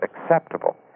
acceptable